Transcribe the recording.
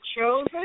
chosen